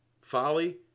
Folly